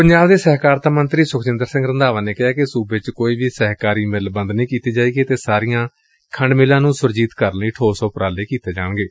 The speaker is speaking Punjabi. ਪੰਜਾਬ ਦੇ ਸਹਿਕਾਰਤਾ ਮੰਤਰੀ ਸੂਖਜਿੰਦਰ ਸਿੰਘ ਰੰਧਾਵਾ ਨੇ ਕਿਹੈ ਕਿ ਸੁਬੇ ਚ ਕੋਈ ਵੀ ਸਹਿਕਾਰੀ ਮਿੱਲ ਬੰਦ ਨਹੀ ਕੀਤੀ ਜਾਏਗੀ ਤੇ ਸਾਰੀਆਂ ਸਹਿਕਾਰੀ ਖੰਡ ਮਿਲਾਂ ਨੂੰ ਸੁਰਜੀਤ ਕਰਨ ਲਈ ਠੋਸ ਊਪਰਾਲੇ ਕੀਤੇ ਜਾਣਗੇ